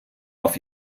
auf